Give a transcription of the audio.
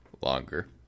Longer